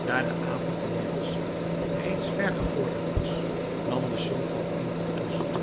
daar de avond inmiddels reeds ver gevorderd was nam de sultan eenige rust